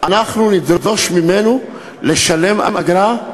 ואנחנו נדרוש ממנו לשלם אגרה?